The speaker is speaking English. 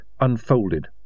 unfolded